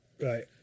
Right